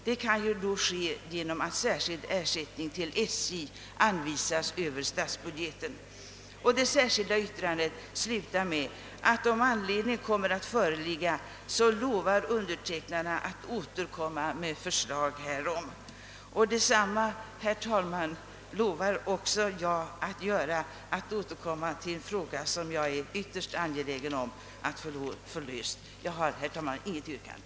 Det kan då ske genom att åt SJ anvisas särskild ersättning över stadsbudgeten. Det särskilda yttrandet slutar med att, om anledning kommer att föreligga, undertecknarna lovar att återkomma med förslag. Detsamma lovar jag. Herr talman! Jag har inget yrkande.